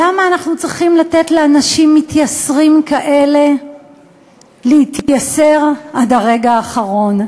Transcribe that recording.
למה אנחנו צריכים לתת לאנשים מתייסרים כאלה להתייסר עד הרגע האחרון?